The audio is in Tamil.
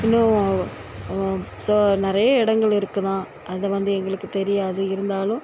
இன்னும் சோ நெறைய இடங்கள் இருக்குதாம் அது வந்து எங்களுக்கு தெரியாது இருந்தாலும்